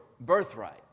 birthright